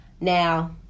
Now